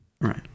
Right